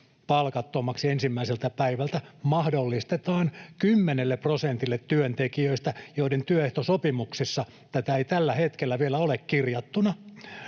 palkattomaksi ensimmäiseltä päivältä mahdollistetaan kymmenelle prosentille työntekijöistä, joiden työehtosopimuksessa tätä ei tällä hetkellä vielä ole kirjattuna.